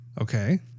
Okay